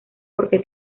porque